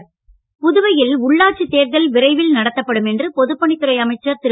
நமச்சிவாயம் புதுவையில் உள்ளாட்சி தேர்தல் விரைவில் நடத்தப்படும் என்று பொதுப்பணித்துறை அமைச்சர் திரு